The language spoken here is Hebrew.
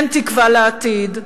אין תקווה לעתיד.